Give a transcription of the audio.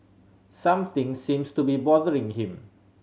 something seems to be bothering him